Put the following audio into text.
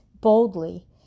boldly